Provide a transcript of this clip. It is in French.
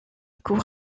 cour